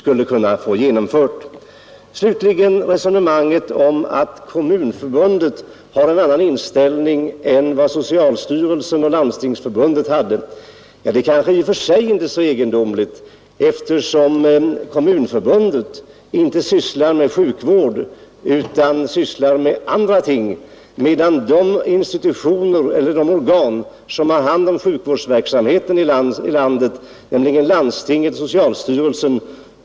Jag vill slutligen ta upp resonemanget om att Kommunförbundet har en annan inställning än socialstyrelsen och Landstingsförbundet. Ja, det är kanske i och för sig inte så egendomligt att Kommunförbundet, som inte sysslar med sjukvård utan med andra ting, inte har samma uppfattning i denna fråga som de organ vilka har hand om denna verksamhet i vårt land, nämligen landstingen och socialstyrelsen.